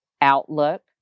outlook